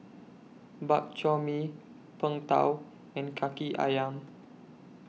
Bak Chor Mee Png Tao and Kaki Ayam